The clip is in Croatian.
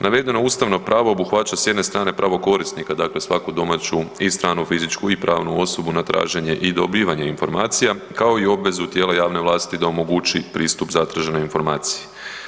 Navedeno ustavno pravo obuhvaća s jedne strane pravo korisnika dakle svaku domaću, stranu, fizičku i pravnu osobu na traženje i dobivanje informacija kao i obvezu tijela javne vlasti da omogući pristup zatraženoj informaciji.